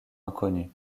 inconnu